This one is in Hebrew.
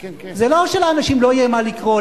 זה לא שלאנשים לא יהיה מה לקרוא,